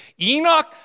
Enoch